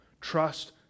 Trust